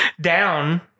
down